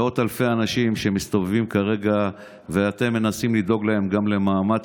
מאות אלפי האנשים שמסתובבים כרגע ואתם מנסים לדאוג להם למעמד